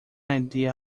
idea